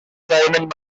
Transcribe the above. diamond